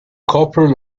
corporal